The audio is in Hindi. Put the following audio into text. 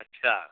अच्छा